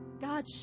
God